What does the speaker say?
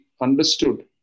understood